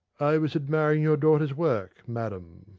i was admiring your daughter's work, madam.